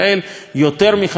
יותר מ-50% כיום,